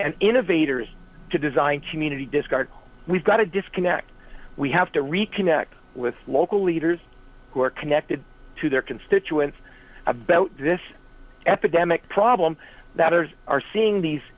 and innovators to design team unity discard we've got a disconnect we have to reconnect with local leaders who are connected to their constituents about this epidemic problem that others are seeing these